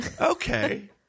Okay